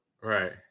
Right